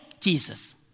Jesus